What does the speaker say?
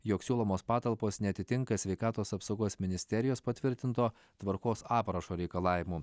jog siūlomos patalpos neatitinka sveikatos apsaugos ministerijos patvirtinto tvarkos aprašo reikalavimų